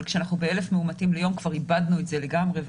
אבל כשאנחנו ב-1,000 מאומתים ליום כבר איבדנו את זה לגמרי.